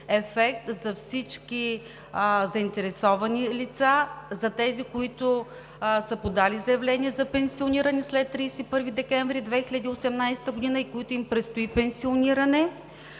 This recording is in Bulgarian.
за всички заинтересовани лица, за тези, които са подали заявление за пенсиониране след 31 декември 2018 г. и им предстои пенсиониране.